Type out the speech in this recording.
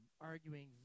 arguing